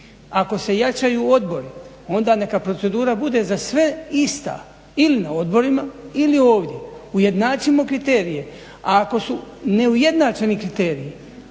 Ako se jačaju odbori onda neka procedura bude za sve ista ili na odborima ili ovdje, ujednačimo kriterije. A ako su neujednačeni kriteriji